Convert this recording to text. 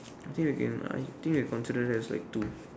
I think we can I think we're confident there's like two